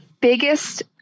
biggest